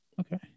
Okay